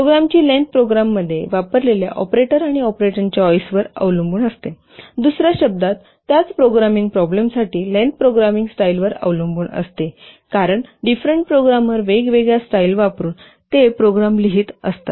प्रोग्रामची लेन्थ प्रोग्राममध्ये वापरलेल्या ऑपरेटर आणि ऑपरेंडच्या चॉईस वर अवलंबून असते दुसर्या शब्दांत त्याच प्रोग्रामिंग प्रॉब्लेमसाठी लेन्थ प्रोग्रामिंग स्टाईलवर अवलंबून असते कारण डिफरेंट प्रोग्रामर वेगवेगळ्या स्टाईल वापरुन ते प्रोग्राम लिहित असतात